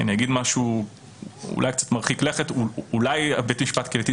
אני אומר משהו אולי קצת מרחיק לכת ואולי בית משפט קהילתי,